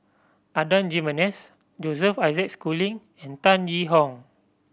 Adan Jimenez Joseph Isaac Schooling and Tan Yee Hong